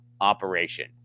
operation